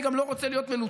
אני גם לא רוצה להיות מנוצח.